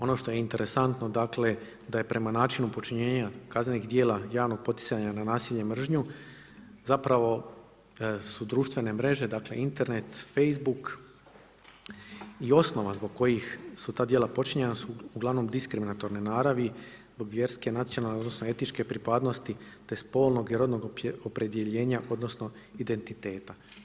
Ono što je interesantno, dakle da je prema načinu počinjenja kaznenih djela javnog poticanja na nasilje, mržnju zapravo su društvene mreže, dakle Internet, Facebook i osnova zbog kojih su ta djela počinjena su uglavnom diskriminatorne naravi, od vjerske, nacionalne, odnosno etičke pripadnosti te spolnog i rodnog opredjeljenja, odnosno identiteta.